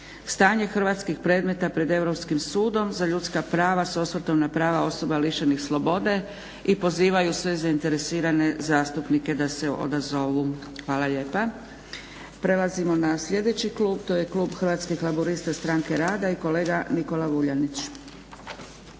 "Stanje hrvatskih predmeta pred Europskim sudom za ljudska prava s osvrtom na prava osoba lišenih slobode" i pozivaju sve zainteresirane zastupnike da se odazovu. Hvala lijepa. Prelazimo na sljedeći klub. To je klub Hrvatskih laburista-Stranke rada i kolega Nikola Vuljanić.